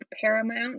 Paramount